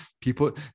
people